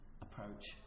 approach